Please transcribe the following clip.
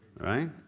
right